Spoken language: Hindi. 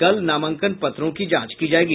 कल नामांकन पत्रों की जांच की जायेगी